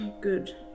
Good